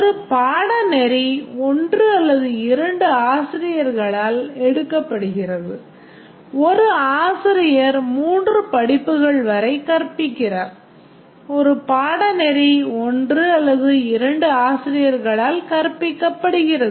ஒரு பாடநெறி ஒன்று அல்லது 2 ஆசிரியர்களால் எடுக்கப்படுகிறது ஒரு ஆசிரியர் 3 படிப்புகள் வரை கற்பிக்கிறார் ஒரு பாடநெறி 1 அல்லது 2 ஆசிரியர்களால் கற்பிக்கப்படுகிறது